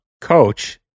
Coach